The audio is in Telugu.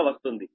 గా వస్తుంది